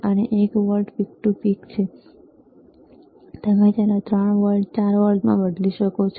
તે એક volt peak to peak છે તમે તેને 3 વોલ્ટ 4 વોલ્ટમાં બદલી શકો છો